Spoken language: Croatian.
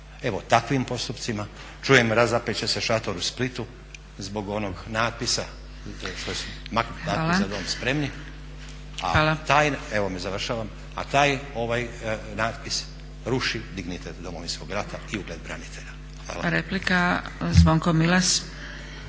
Evo takvim postupcima. Čujem razapet će se šator u Splitu zbog onog natpisa što je maknut natpis za dom spremni, a taj, evo me završavam, a taj natpis ruši dignitet Domovinskog rata i ugled branitelja.